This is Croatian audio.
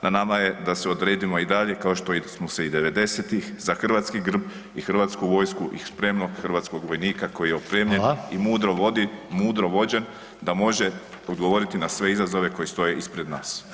Na nama je da se odredimo i dalje kao što smo se i '90.-tih za hrvatski grb i HV i spremnog hrvatskog vojnika koji je opremljen [[Upadica: Hvala]] i mudro vodi, mudro vođen da može odgovoriti na sve izazove koji stoje ispred nas.